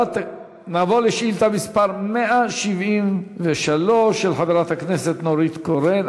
נעבור לשאילתה מס' 173 של חברת הכנסת נורית קורן.